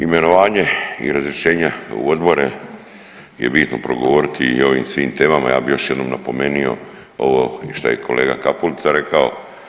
Imenovanje i razrješenja u odbore je bitno progovoriti i o ovim svim temama, ja bi još jednom napomenio ovo što je kolega Kapulica rekao.